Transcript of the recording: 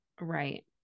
Right